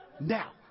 now